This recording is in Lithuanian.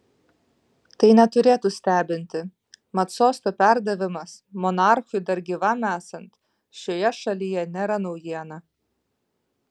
tai neturėtų stebinti mat sosto perdavimas monarchui dar gyvam esant šioje šalyje nėra naujiena